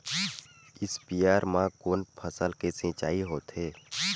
स्पीयर म कोन फसल के सिंचाई होथे?